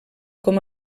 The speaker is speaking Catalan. com